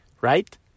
right